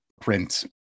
print